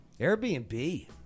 Airbnb